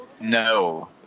No